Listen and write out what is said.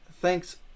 Thanks